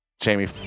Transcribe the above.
Jamie